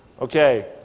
Okay